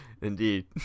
Indeed